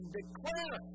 declare